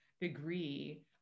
degree